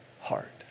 heart